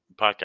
podcast